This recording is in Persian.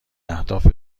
اهداف